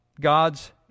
God's